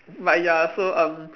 but ya so um